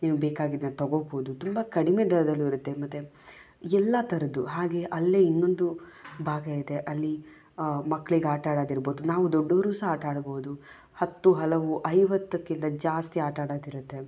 ನೀವು ಬೇಕಾಗಿದ್ದನ್ನು ತಗೊಳ್ಬೋದು ತುಂಬ ಕಡಿಮೆ ದರದಲ್ಲಿರುತ್ತೆ ಮತ್ತು ಎಲ್ಲ ಥರದ್ದು ಹಾಗೆಯೇ ಅಲ್ಲಿಯೇ ಇನ್ನೊಂದು ಭಾಗ ಇದೆ ಅಲ್ಲಿ ಮಕ್ಳಿಗೆ ಆಟ ಆಡೋದಿರ್ಬೋದು ನಾವು ದೊಡ್ಡೋರು ಸಹ ಆಟ ಆಡ್ಬೋದು ಹತ್ತು ಹಲವು ಐವತ್ತಕ್ಕಿಂತ ಜಾಸ್ತಿ ಆಟ ಆಡೋದಿರುತ್ತೆ